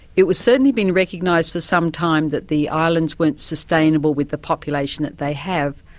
it was certainly being recognised for some time that the islands weren't sustainable with the population that they have,